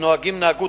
הנוהגים נהגו